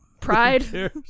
Pride